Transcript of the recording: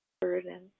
burden